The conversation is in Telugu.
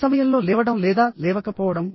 ఈ సమయంలో లేవడం లేదా లేవకపోవడం